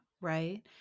right